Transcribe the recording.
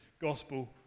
gospel